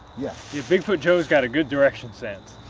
yeah yeah bigfoot joe's got a good direction sense.